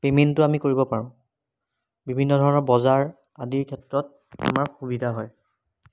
পে'মেণ্টটো আমি কৰিব পাৰোঁ বিভিন্ন ধৰণৰ বজাৰ আদিৰ ক্ষেত্ৰত আমাৰ সুবিধা হয়